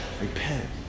repent